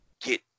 get